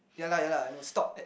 ya lah ya lah I know stop at